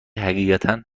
حقیقتا